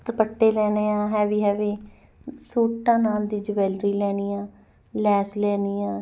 ਦੁਪੱਟੇ ਲੈਣੇ ਆ ਹੈਵੀ ਹੈਵੀ ਸੂਟਾਂ ਨਾਲ ਦੀ ਜਵੈਲਰੀ ਲੈਣੀ ਆ ਲੈਸ ਲੈਣੀ ਆ